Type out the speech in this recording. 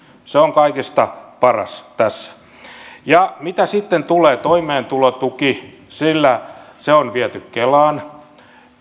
se on kaikista paras tässä ja mitä sitten tulee toimeentulotukeen se on viety kelaan